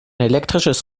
elektrisches